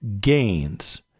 gains